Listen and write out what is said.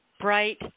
bright